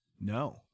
No